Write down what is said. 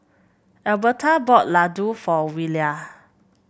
Albertha bought Ladoo for Willia